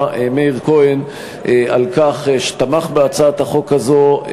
מאיר כהן על כך שתמך בהצעת החוק הזאת,